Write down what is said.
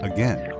Again